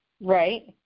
Right